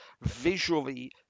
visually